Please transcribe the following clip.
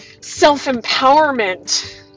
self-empowerment